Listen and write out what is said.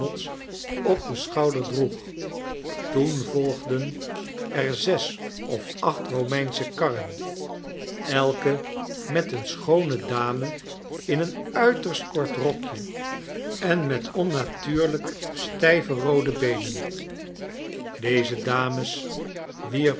op den schouder droeg toen volgden er zesof acht romeinsche karren elke met een schoone dame in een uiterst kort rokje en met onnatuurlijk stijve roode beenen deze dames